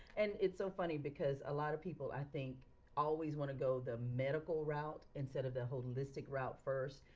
and it's so funny because a lot of people i think always want to go the medical route instead of the holistic route first.